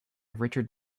richard